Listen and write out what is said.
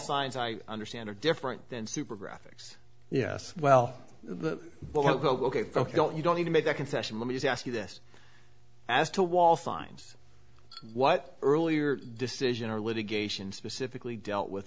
signs i understand are different than super graphics yes well the but woke ok ok don't you don't need to make that concession let me ask you this as to wall finds what earlier decision or litigation specifically dealt with